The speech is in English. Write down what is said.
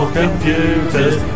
computers